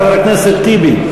חבר הכנסת טיבי.